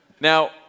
Now